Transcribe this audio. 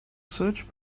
search